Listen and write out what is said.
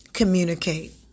Communicate